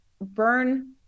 burn